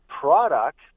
product